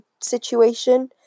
situation